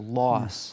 loss